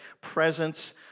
presence